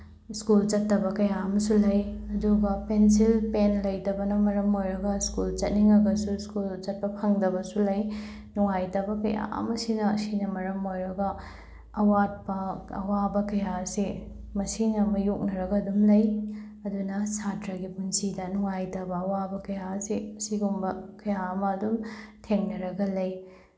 school ꯆꯠꯇꯕ ꯀꯌꯥ ꯑꯃꯁꯨ ꯂꯩ ꯑꯗꯨꯒ ꯄꯦꯟꯁꯤꯜ ꯄꯦꯟ ꯂꯩꯇꯕꯅ ꯃꯔꯝ ꯑꯣꯏꯔꯒ ꯁ꯭ꯀꯨꯜ ꯆꯠꯅꯤꯡꯉꯒꯁꯨ ꯁ꯭ꯀꯨꯜ ꯆꯠꯄ ꯐꯪꯗꯕꯁꯨ ꯂꯩ ꯅꯨꯡꯉꯥꯏꯇꯕ ꯀꯌꯥ ꯑꯃꯁꯤꯅ ꯑꯁꯤꯅ ꯃꯔꯝ ꯑꯣꯏꯔꯒ ꯑꯋꯥꯠꯄ ꯑꯋꯥꯕ ꯀꯌꯥ ꯑꯁꯦ ꯃꯁꯤꯅ ꯃꯥꯏꯌꯣꯛꯅꯔꯒ ꯑꯗꯨꯝ ꯂꯩ ꯑꯗꯨꯅ ꯁꯥꯇ꯭ꯔꯒꯤ ꯄꯨꯟꯁꯤꯗ ꯅꯨꯡꯉꯥꯏꯇꯕ ꯑꯋꯥꯕ ꯀꯌꯥ ꯑꯁꯤ ꯑꯁꯤꯒꯨꯝꯕ ꯀꯌꯥ ꯑꯃ ꯑꯗꯨꯝ ꯊꯦꯡꯅꯔꯒ ꯂꯩ